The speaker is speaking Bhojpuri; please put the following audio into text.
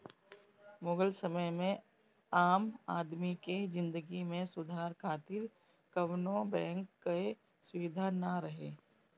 मुगल समय में आम आदमी के जिंदगी में सुधार खातिर कवनो बैंक कअ सुबिधा ना रहे